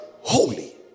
holy